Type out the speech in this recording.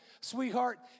Sweetheart